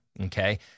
okay